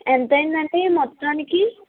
ఎంత అయింది అండి మొత్తానికి